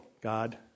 God